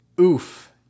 oof